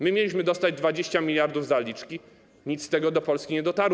My mieliśmy dostać 20 mld zaliczki, nic z tego do Polski nie dotarło.